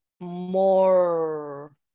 more